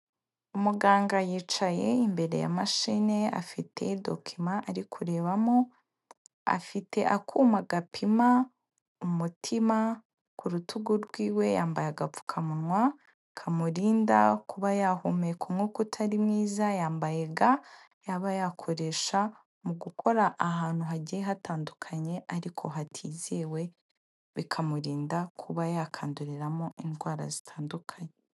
Umuganga yicaye imbere ya machine afite document ari kurebamo, afite akuma gapima umutima kurutugu rw'iwe yambaye agapfukamunwa kamurinda kuba yahumeka umwuka utari mwiza yambaye ga yaba yakoresha mu gukora ahantu hagiye hatandukanye ariko hatizewe bikamurinda kuba yakanduriramo indwara zitandukanye.